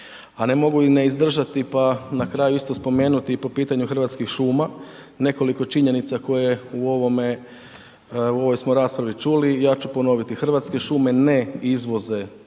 A ne mogu i ne izdržati pa na kraju isto spomenuti i po pitanju Hrvatskih šuma nekoliko činjenica koje u ovome, u ovoj smo raspravi čuli, ja ću ponoviti, Hrvatske šume ne izvoze